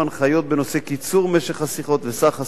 הנחיות בנושא קיצור משך השיחות וסך השיחות.